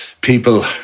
people